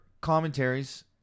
commentaries